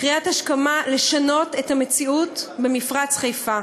קריאת השכמה לשנות את המציאות במפרץ-חיפה.